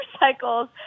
motorcycles